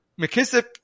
McKissick